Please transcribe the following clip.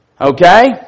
Okay